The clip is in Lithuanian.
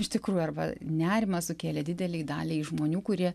iš tikrųjų arba nerimą sukėlė didelei daliai žmonių kurie